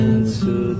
Answer